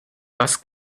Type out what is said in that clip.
was